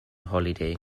holiday